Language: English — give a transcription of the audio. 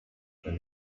than